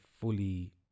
fully